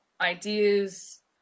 ideas